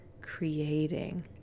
creating